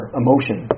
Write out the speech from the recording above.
emotion